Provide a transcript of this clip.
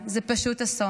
זה פשוט אסון.